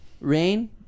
Rain